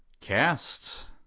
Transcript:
Cast